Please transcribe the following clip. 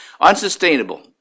Unsustainable